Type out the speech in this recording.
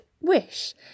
Wish